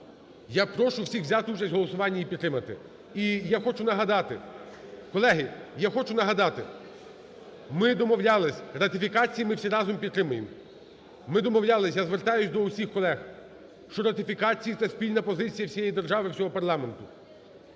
Я прошу всіх взяти участь у голосуванні і підтримати. І я хочу нагадати, колеги, я хочу нагадати: ми домовлялися, ратифікації ми всі разом підтримуємо. Ми домовлялися, я звертаюся до усіх колег, що ратифікації – це спільна позиція всієї держави, всього парламенту.